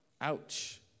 ouch